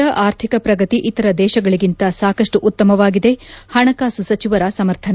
ಭಾರತದ ಆರ್ಥಿಕ ಪ್ರಗತಿ ಇತರ ದೇಶಗಳಿಗಿಂತ ಸಾಕಷ್ಟು ಉತ್ತಮವಾಗಿದೆ ಹಣಕಾಸು ಸಚಿವರ ಸಮರ್ಥನೆ